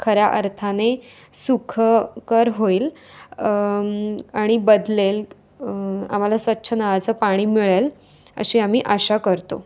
खऱ्या अर्थाने सुखकर होईल आणि बदलेल आम्हाला स्वच्छ नळाचं पाणी मिळेल अशी आम्ही आशा करतो